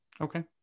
Okay